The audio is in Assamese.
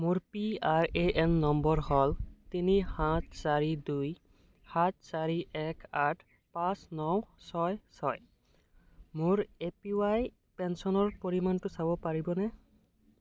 মোৰ পি আৰ এ এন নম্বৰ হ'ল তিনি সাত চাৰি দুই সাত চাৰি এক আঠ পাঁচ ন ছয় ছয় মোৰ এ পি ৱাই পেঞ্চনৰ পৰিমাণটো চাব পাৰিবনে